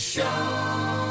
Show